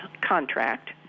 contract